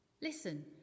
Listen